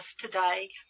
today